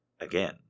Again